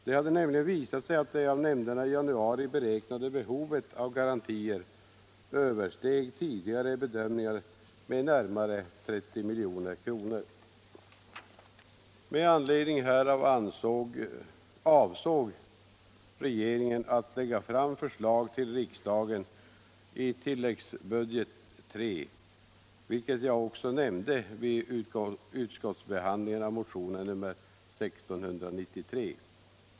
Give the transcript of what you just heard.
Det hade nämligen visat sig att det av nämnderna i januari beräknade behovet av garantier översteg tidigare bedömningar med närmare 30 milj.kr. Med anledning härav avsåg regeringen att lägga fram förslag till riksdagen i tilläggsstat III, vilket jag också nämnde vid utskottsbehandlingen av motionen 1693.